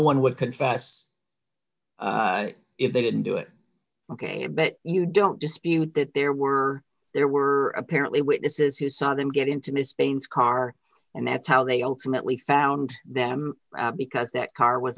one would confess if they didn't do it ok but you don't dispute that there were there were apparently witnesses who saw them get into miss baynes car and that's how they ultimately found them because that car was